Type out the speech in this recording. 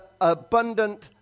abundant